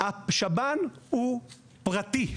השב"ן הוא פרטי,